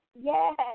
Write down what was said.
yes